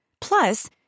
Plus